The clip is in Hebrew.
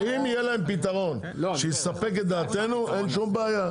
אם יהיה להם פתרון שיספק את דעתנו, אין שום בעיה.